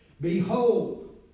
Behold